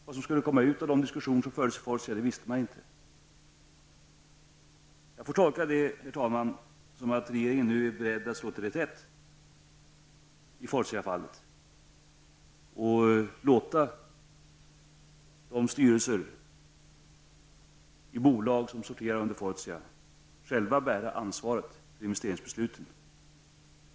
Vad som skall komma ut av de diskussioner som har förts i Fortia vet man inte. Herr talman! Jag gör tolkningen att regeringen nu är beredd att slå till reträtt i fallet Fortia och att låta styrelserna i bolag som sorterar under Fortia själva bära ansvaret i fråga om investeringsbesluten.